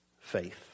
faith